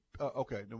okay